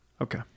Okay